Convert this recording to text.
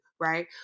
right